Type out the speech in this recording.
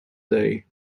day